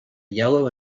yellow